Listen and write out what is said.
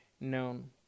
known